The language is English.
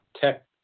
tech